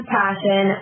passion